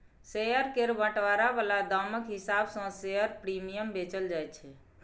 share केर बंटवारा बला दामक हिसाब सँ शेयर प्रीमियम बेचल जाय छै